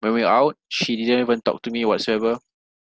when we were out she didn't even talk to me or whatsoever